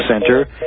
center